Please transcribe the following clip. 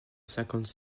cinquante